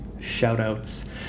shout-outs